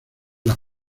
las